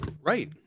Right